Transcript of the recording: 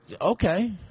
Okay